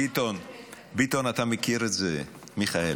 ביטון, ביטון, אתה מכיר את זה, מיכאל.